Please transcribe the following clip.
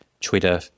Twitter